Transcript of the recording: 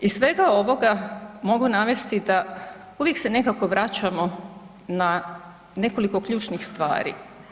Iz svega ovoga mogu navesti da uvijek se nekako vraćamo na nekoliko ključnih stvari.